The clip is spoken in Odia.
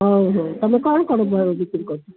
ହଉ ହଉ ତମେ କ'ଣ କ'ଣ ବିକ୍ରି କରିଛ